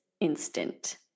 instant